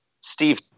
Steve